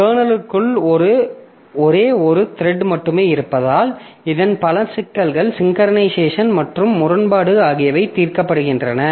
கர்னலுக்குள் ஒரே ஒரு த்ரெட் மட்டுமே இருப்பதால் இதன் பல சிக்கல்கள் சிங்க்கரனைசேஷன் மற்றும் முரண்பாடு ஆகியவை தீர்க்கப்படுகின்றன